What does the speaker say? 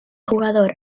jugador